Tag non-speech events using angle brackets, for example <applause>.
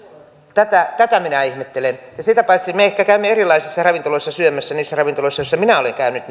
tätä tätä minä ihmettelen sitä paitsi me ehkä käymme erilaisissa ravintoloissa syömässä niissä ravintoloissa joissa minä olen käynyt <unintelligible>